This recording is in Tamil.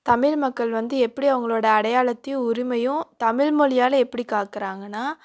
தமிழ் மக்கள் வந்து எப்படி அவங்களோட அடையாளத்தையும் உரிமையும் தமிழ்மொழியால் எப்படி காக்கிறாங்கன்னா